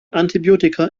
antibiotika